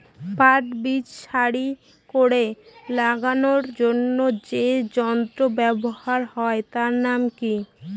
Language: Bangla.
পাট বীজ সারি করে লাগানোর জন্য যে যন্ত্র ব্যবহার হয় তার নাম কি?